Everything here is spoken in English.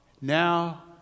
Now